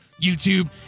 YouTube